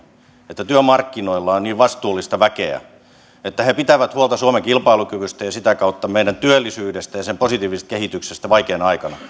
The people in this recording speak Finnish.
että työmarkkinoilla on niin vastuullista väkeä että he pitävät huolta suomen kilpailukyvystä ja sitä kautta meidän työllisyydestä ja sen positiivisesta kehityksestä vaikeina aikoina